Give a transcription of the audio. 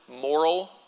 moral